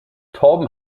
torben